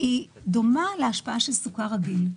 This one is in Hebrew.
דומה להשפעה של סוכר רגיל.